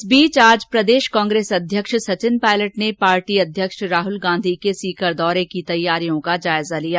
इस बीच आज प्रदेश कांग्रेस अध्यक्ष सचिन पायलट ने पार्टी अध्यक्ष राहुल गांधी के सीकर दौरे की तैयारियों का जायजा लिया